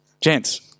gents –